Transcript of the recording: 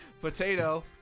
Potato